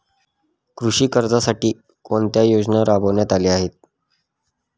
कृषी कर्जासाठी कोणत्या योजना राबविण्यात आल्या आहेत?